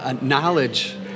knowledge